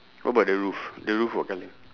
what about the roof the roof what colour